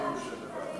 רוצים להמשיך את הדיון.